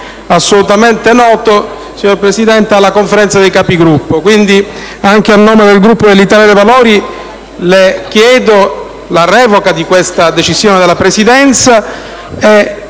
assolutamente noto, alla Conferenza dei Capigruppo. Anche a nome del Gruppo dell'Italia dei Valori le chiedo la revoca di questa decisione della Presidenza,